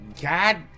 God